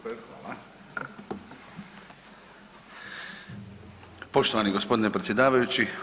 Poštovani gospodine predsjedavajući.